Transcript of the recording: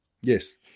Yes